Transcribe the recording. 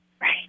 Right